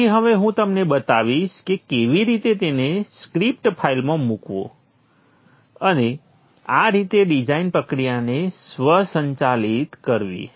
તેથી હવે હું તમને બતાવીશ કે કેવી રીતે તેને સ્ક્રિપ્ટ ફાઇલમાં મૂકવું અને આ રીતે ડિઝાઇન પ્રક્રિયાને સ્વચાલિત કરવી